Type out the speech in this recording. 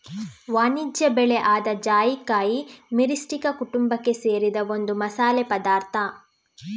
ವಾಣಿಜ್ಯ ಬೆಳೆ ಆದ ಜಾಯಿಕಾಯಿ ಮಿರಿಸ್ಟಿಕಾ ಕುಟುಂಬಕ್ಕೆ ಸೇರಿದ ಒಂದು ಮಸಾಲೆ ಪದಾರ್ಥ